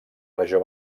regió